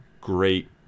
great